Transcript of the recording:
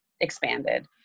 expanded